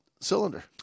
cylinder